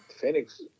Phoenix